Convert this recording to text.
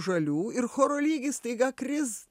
žalių ir choro lygis staiga kris